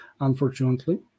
unfortunately